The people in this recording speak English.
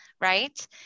right